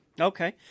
Okay